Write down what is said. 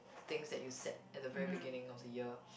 things that you set at the very beginning of the year